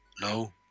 no